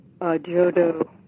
Jodo